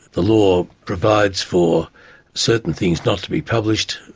the law provides for certain things not to be published,